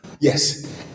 Yes